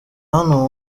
hano